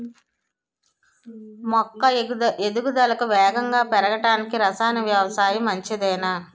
మొక్క ఎదుగుదలకు వేగంగా పెరగడానికి, రసాయన వ్యవసాయం మంచిదేనా?